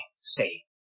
say